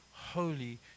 holy